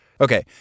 Okay